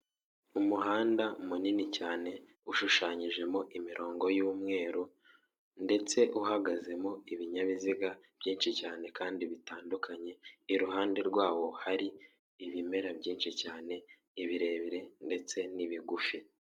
Umuhanda munini cyane ushushanyijemo imirongo y'umweru ndetse ,uhagazemo ibinyabiziga byinshi cyane kandi bitandukanye iruhande rwawo hari ibimera byinshi cyane ibirebire ndetse n'ibigufi.